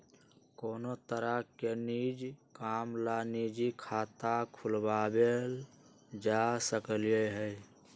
कोनो तरह के निज काम ला निजी खाता खुलवाएल जा सकलई ह